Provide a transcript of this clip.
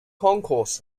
concourse